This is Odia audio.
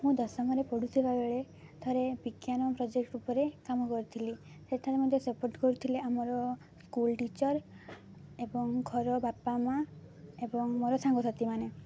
ମୁଁ ଦଶମରେ ପଢ଼ୁଥିବା ବେଳେ ଥରେ ବିଜ୍ଞାନ ପ୍ରୋଜେକ୍ଟ ଉପରେ କାମ କରିଥିଲି ସେଠାରେ ମଧ୍ୟ ସପୋର୍ଟ୍ କରୁଥିଲେ ଆମର ସ୍କୁଲ ଟିଚର ଏବଂ ଘର ବାପା ମାଆ ଏବଂ ମୋର ସାଙ୍ଗସାଥିମାନେ